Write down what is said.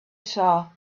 saw